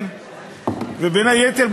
בין היתר,